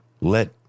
Let